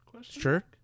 sure